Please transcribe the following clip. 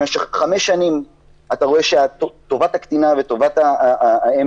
במשך חמש שנים אתה רואה שטובת הקטינה וטובת האם